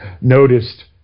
noticed